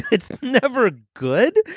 it's never good,